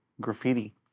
Graffiti